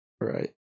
right